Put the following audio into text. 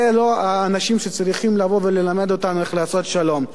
לא האנשים שצריכים לבוא וללמד אותנו איך לעשות שלום.